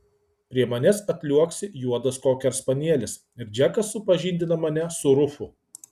prie manęs atliuoksi juodas kokerspanielis ir džekas supažindina mane su rufu